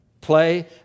Play